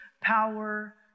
power